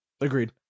agreed